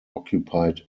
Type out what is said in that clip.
occupied